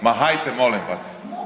Ma hajte molim vas!